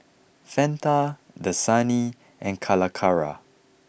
Fanta Dasani and Calacara